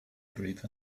group